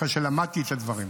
אחרי שלמדתי את הדברים,